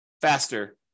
faster